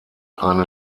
eine